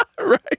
Right